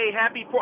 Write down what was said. happy